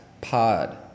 pod